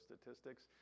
statistics